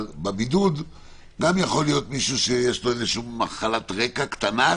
אבל בבידוד גם יכול להיות מישהו שיש לו מחלת רקע קטנה?